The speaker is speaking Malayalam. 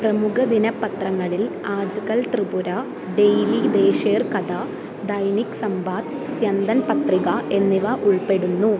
പ്രമുഖ ദിനപത്രങ്ങളിൽ ആജ്കൽ ത്രിപുര ഡെയ്ലി ദേശേർ കഥ ദൈനിക് സംബാദ് സ്യന്ദൻ പത്രിക എന്നിവ ഉൾപ്പെടുന്നു